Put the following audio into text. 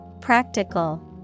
Practical